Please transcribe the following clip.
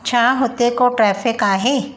छा हुते को ट्रेफिक आहे